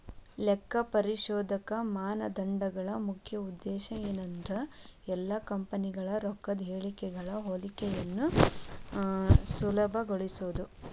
ಲೆಕ್ಕಪರಿಶೋಧಕ ಮಾನದಂಡಗಳ ಮುಖ್ಯ ಉದ್ದೇಶ ಏನಂದ್ರ ಎಲ್ಲಾ ಕಂಪನಿಗಳ ರೊಕ್ಕದ್ ಹೇಳಿಕೆಗಳ ಹೋಲಿಕೆಯನ್ನ ಸುಲಭಗೊಳಿಸೊದು